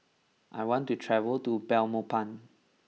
I want to travel to Belmopan